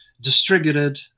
distributed